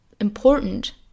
important